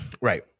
Right